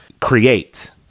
create